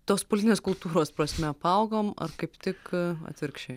tos politinės kultūros prasme paaugom ar kaip tik atvirkščiai